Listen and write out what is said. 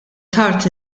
tard